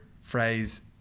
phrase